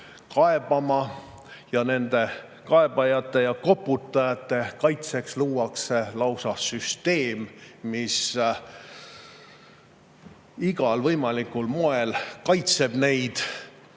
kaebama. Ja nende kaebajate ja koputajate kaitseks luuakse lausa süsteem, mis igal võimalikul moel kaitseb neid.